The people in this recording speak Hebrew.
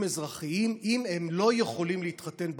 אזרחיים אם הם לא יכולים להתחתן ברבנות.